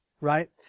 right